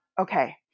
okay